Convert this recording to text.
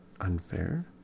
unfair